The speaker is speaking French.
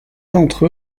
d’entre